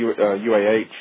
UAH